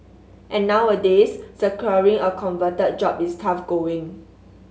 and nowadays securing a coveted job is tough going